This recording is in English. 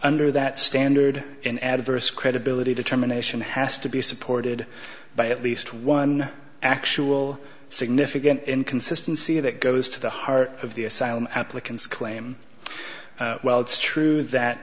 under that standard an adverse credibility determination has to be supported by at least one actual significant inconsistency that goes to the heart of the asylum applicants claim well it's true that